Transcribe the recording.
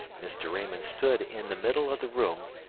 mr. raymond stood in the middle of the room,